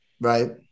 Right